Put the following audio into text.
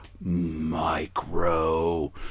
micro